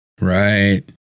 Right